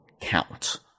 count